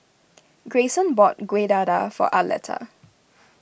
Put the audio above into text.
Greyson bought Kueh Dadar for Arletta